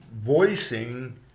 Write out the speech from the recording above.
voicing